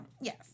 Yes